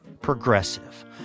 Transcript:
Progressive